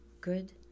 good